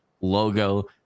logo